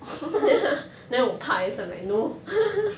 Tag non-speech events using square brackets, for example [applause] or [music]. [laughs]